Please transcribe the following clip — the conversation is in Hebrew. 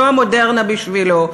זו המודרנה בשבילו,